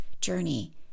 journey